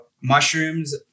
mushrooms